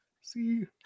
See